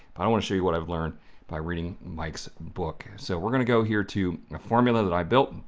i don't want to show you what i've learned by reading mike's book, so we're going to go here to a formula that i built, and